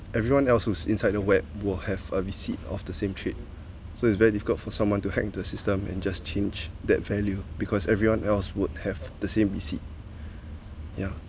everyone else who's inside the web will have a receipt of the same trade so it's very difficult for someone to hack into the system and just change that value because everyone else would have the same receipt yeah